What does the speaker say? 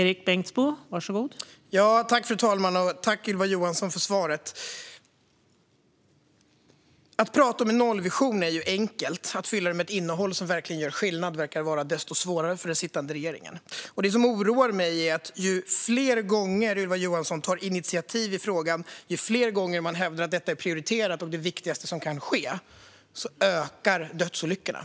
Fru talman! Tack, Ylva Johansson, för svaret! Att prata om en nollvision är enkelt. Att fylla den med ett innehåll som verkligen gör skillnad verkar vara desto svårare för den sittande regeringen. Det som oroar mig är att ju fler gånger Ylva Johansson tar initiativ i frågan och ju fler gånger man hävdar att detta är prioriterat och det viktigaste som kan ske, desto mer ökar dödsolyckorna.